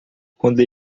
quando